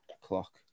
Clock